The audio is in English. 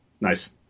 Nice